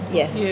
yes